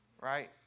right